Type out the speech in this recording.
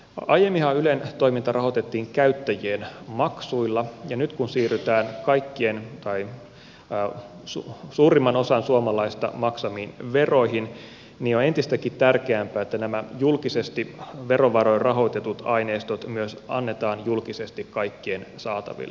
aiemminhan ylen toiminta rahoitettiin käyttä jien maksuilla ja nyt kun siirrytään kaikkien tai suurimman osan suomalaisista maksamiin veroihin on entistäkin tärkeämpää että nämä julkisesti verovaroin rahoitetut aineistot myös annetaan julkisesti kaikkien saataville